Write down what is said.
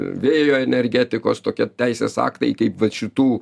vėjo energetikos tokie teisės aktai kaip vat šitų